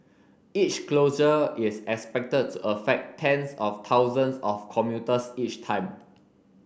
each closure is expected to affect tens of thousands of commuters each time